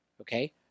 Okay